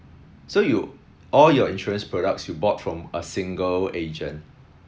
so you all your insurance products you bought from a single agent